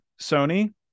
sony